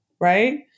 right